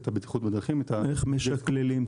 איך משקללים?